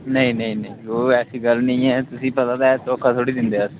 नेईं नेईं नेईं ओह् ऐसी गल्ल नि ऐ तुसेईं पता ते ऐ धोखा थोह्ड़ी दिंदे अस